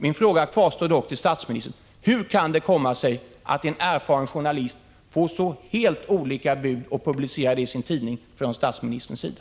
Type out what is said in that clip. Min fråga till statsministern kvarstår dock: Hur kan det komma sig att en erfaren journalist får ett helt annat bud från statsministern och publicerar det i sin tidning?